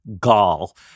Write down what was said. gall